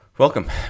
Welcome